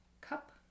cup